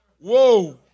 Whoa